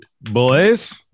boys